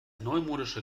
neumodische